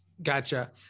Gotcha